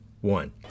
one